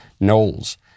Knowles